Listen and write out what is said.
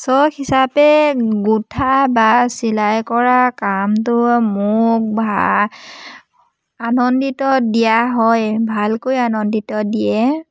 চখ হিচাপে গোঁঠা বা চিলাই কৰা কামটো মোক আনন্দিত দিয়া হয় ভালকৈ আনন্দিত দিয়ে